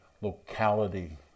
locality